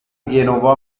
گنوا